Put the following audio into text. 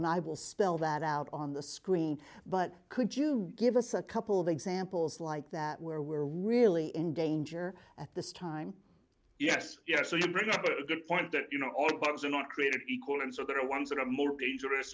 and i will spell that out on the screen but could you give us a couple of examples like that where we are really in danger at this time yes yes so you bring up a good point that you know all the bugs are not created equal and so there are ones that are more dangerous